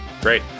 Great